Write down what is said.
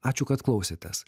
ačiū kad klausėtės